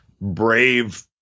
brave